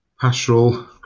pastoral